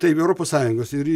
taip europos sąjungos ir